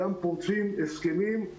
גם פורצים הסכמים.